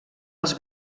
els